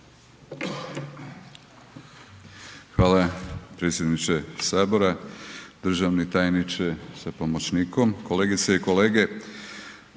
Hvala predsjedniče Sabora, državni tajniče sa pomoćnikom, kolegice i kolege.